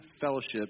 fellowship